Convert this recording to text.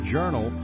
Journal